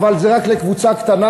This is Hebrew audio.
אבל זה רק לקבוצה קטנה,